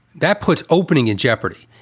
that puts opening in jeopardy.